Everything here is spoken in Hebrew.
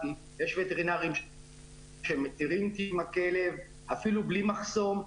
צרפתי אמר, שמתירים טיול עם הכלב אפילו בלי מחסום.